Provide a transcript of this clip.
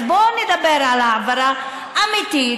אז בואו נדבר על העברה אמיתית,